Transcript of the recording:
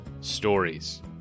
stories